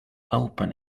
open